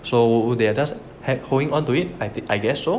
so they are just had holding on to it I I guess so